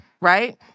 right